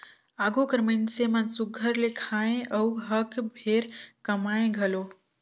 आघु कर मइनसे मन सुग्घर ले खाएं अउ हक भेर कमाएं घलो